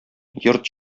йорт